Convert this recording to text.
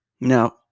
Now